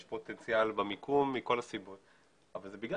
יש פוטנציאל במיקום מכל הסיבות אבל זה בגלל